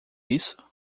isso